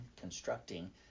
constructing